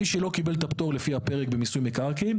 מי שלא קיבל את הפטור לפי הפרק במיסוי מקרקעין,